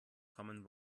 common